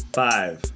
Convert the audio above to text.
five